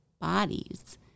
bodies